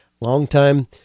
longtime